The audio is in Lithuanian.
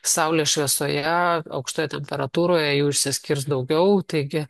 saulės šviesoje aukštoje temperatūroje jų išsiskirs daugiau taigi